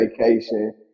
vacation